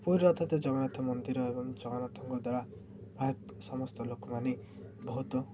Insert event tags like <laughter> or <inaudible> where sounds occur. ପୁରୀ <unintelligible> ଜଗନ୍ନାଥ ମନ୍ଦିର ଏବଂ ଜଗନ୍ନାଥଙ୍କ ଦ୍ୱାରା ପ୍ରାୟତଃ ସମସ୍ତ ଲୋକମାନେ ବହୁତ